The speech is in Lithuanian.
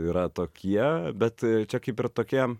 yra tokie bet čia kaip ir tokie